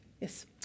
yes